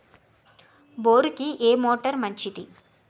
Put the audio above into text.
బోరుకి ఏ మోటారు మంచిది?